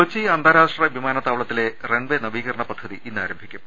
കൊച്ചി അന്താരാഷ്ട്ര വിമാനത്താവളത്തിലെ റൺവെ നവീക രണ പദ്ധതി ഇന്നാരംഭിക്കും